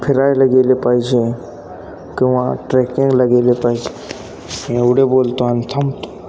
फिरायला गेले पाहिजे किंवा ट्रेकिंगला गेले पाहिजे एवढे बोलतो आणि थांबतो